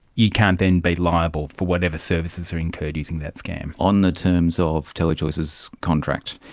you can't then be liable for whatever services are incurred using that scam. on the terms of telechoice's contract,